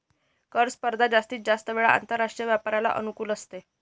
कर स्पर्धा जास्तीत जास्त वेळा आंतरराष्ट्रीय व्यापाराला अनुकूल असते